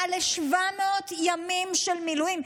מעל 700 ימים של מילואים,